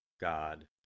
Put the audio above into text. God